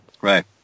Right